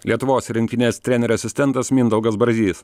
lietuvos rinktinės trenerio asistentas mindaugas brazys